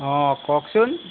অঁ কওকচোন